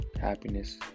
happiness